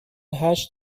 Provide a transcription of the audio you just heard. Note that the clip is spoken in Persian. هشت